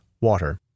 water